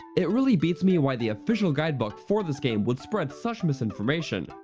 it really beats me why the official guide book for this game would spread such misinformation,